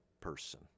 person